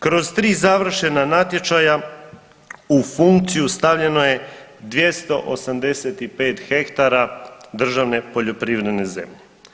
Kroz tri završena natječaja u funkciju stavljeno je 285 ha državne poljoprivredne zemlje.